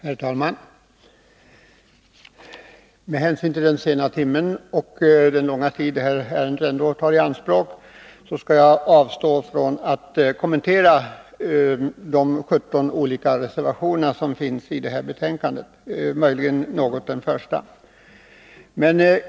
Herr talman! Med hänsyn till den sena timmen och den långa tid detta ärende ändå tar i anspråk skall jag avstå från att kommentera de 17 olika reservationer som är fogade till näringsutskottets betänkande 51. Jag hänvisar till utskottsmajoritetens skrivning. Möjligen skall jag något beröra den första reservationen.